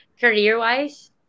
Career-wise